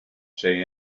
say